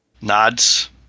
Nods